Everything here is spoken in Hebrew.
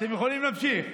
אתם יכולים להמשיך.